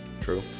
True